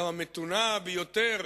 גם המתונה ביותר